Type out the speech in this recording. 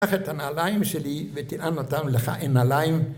‫תקח את הנעליים שלי ‫ותנעל אותם לך אין נעליים.